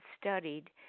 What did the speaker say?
studied